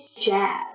jazz